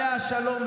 עליה השלום,